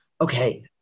Okay